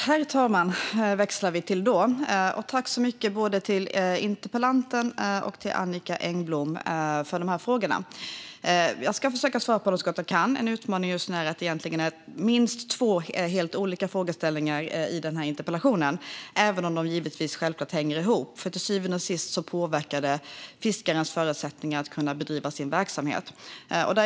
Herr talman! Tack, interpellanten och Annicka Engblom, för frågorna! Jag ska försöka att svara på dem så gott jag kan. En utmaning är att det egentligen är minst två helt olika frågeställningar i den här interpellationen, även om de givetvis hänger ihop - till syvende och sist påverkar detta fiskarens förutsättningar att bedriva sin verksamhet.